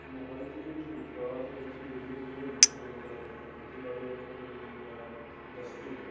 ਮੋਹਾਲੀ ਜ਼ਿਲ੍ਹੇ ਵਿੱਚ ਰੁਜ਼ਗਾਰ ਅਤੇ ਰੋਸੀ ਰੋਜ਼ੀ ਰੋਟੀ ਦੇ ਜਿਹੜੇ ਮੁੱਖ ਸਰੋਤ ਹੈਗੇ ਹੈ ਨਾ ਖੇਤੀਬਾੜੀ ਹੈ ਅਤੇ ਜਾਂ ਇੰਡਸਟਰੀ ਹੈ